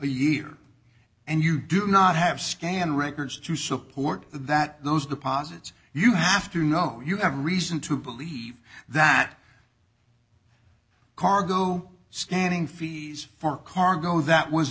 year and you do not have scan records to support that those deposits you have to know you have reason to believe that cargo scanning fees for cargo that was